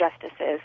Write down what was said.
justices